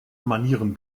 manieren